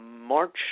March